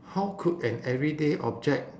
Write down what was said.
how could an everyday object